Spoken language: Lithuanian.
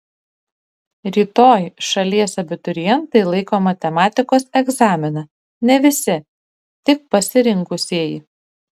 rytoj šalies abiturientai laiko matematikos egzaminą ne visi tik pasirinkusieji